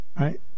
right